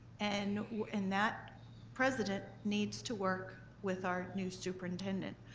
and and that president needs to work with our new superintendent.